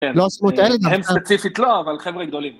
כן, הם ספציפית לא, אבל חבר'ה גדולים.